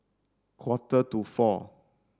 quarter to four